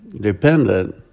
dependent